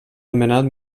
nomenat